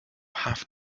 have